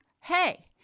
Hey